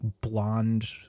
blonde